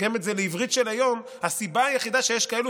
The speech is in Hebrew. נתרגם את זה לעברית של היום: הסיבה היחידה שיש כאלה